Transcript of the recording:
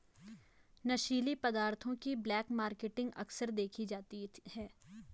नशीली पदार्थों की ब्लैक मार्केटिंग अक्सर देखी जाती है